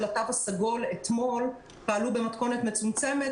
התו הסגול אתמול פעלו במתכונת מצומצמת,